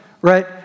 right